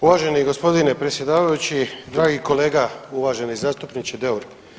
Uvaženi gospodine predsjedavajući, dragi kolega, uvaženi zastupniče Deur.